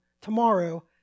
tomorrow